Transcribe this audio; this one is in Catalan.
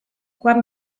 quan